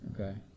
Okay